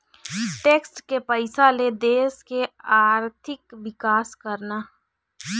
tax के पइसा ले देश के आरथिक बिकास करना